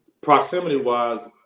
proximity-wise